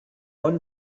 bonn